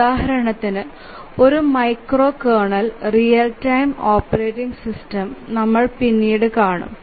ഉദാഹരണത്തിന് ഒരു micro kernel real time operating system നമ്മൾ പിന്നീട് കാണും